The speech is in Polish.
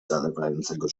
zalewającego